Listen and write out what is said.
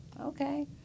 okay